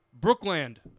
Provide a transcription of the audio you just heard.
Brookland